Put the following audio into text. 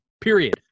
Period